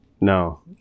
no